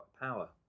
power